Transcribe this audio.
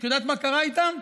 את יודעת מה קרה איתן?